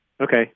Okay